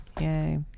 yay